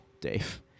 Dave